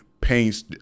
paints